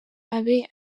abe